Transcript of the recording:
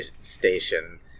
station